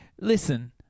listen